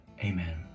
Amen